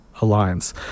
alliance